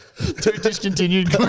discontinued